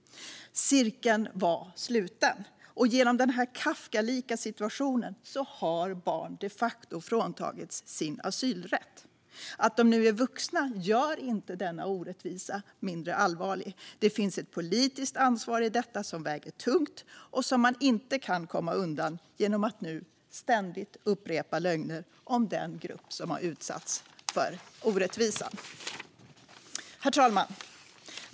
Cirkeln var sluten. Genom denna Kafkalika situation har barn de facto fråntagits sin asylrätt. Att de nu är vuxna gör inte denna orättvisa mindre allvarlig. Det finns ett politiskt ansvar i detta som väger tungt och som man inte kan komma undan genom att nu ständigt upprepa lögner om den grupp som utsatts för orättvisan. Herr talman!